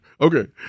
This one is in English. Okay